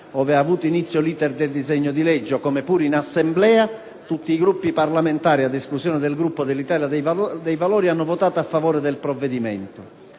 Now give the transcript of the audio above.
ove ha avuto inizio l'*iter* del disegno di legge, come pure in Assemblea, tutti i Gruppi parlamentari, ad esclusione del Gruppo dell'Italia dei Valori, hanno votato a favore del provvedimento.